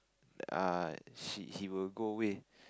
uh she he will go away